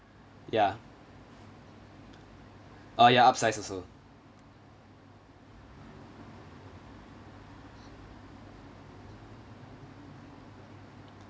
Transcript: ya uh ya upsize also